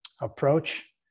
approach